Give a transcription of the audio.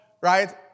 right